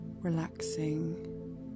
relaxing